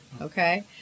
okay